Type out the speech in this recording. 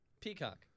Peacock